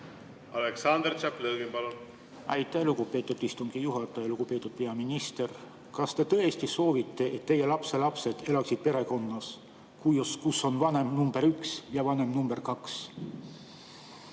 Aleksandr Tšaplõgin, palun! Aitäh, lugupeetud istungi juhataja! Lugupeetud peaminister! Kas te tõesti soovite, et teie lapselapsed elaksid perekonnas, kus on vanem nr 1 ja vanem nr 2?